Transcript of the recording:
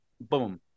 Boom